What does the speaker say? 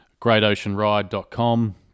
greatoceanride.com